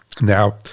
Now